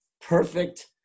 perfect